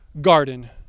garden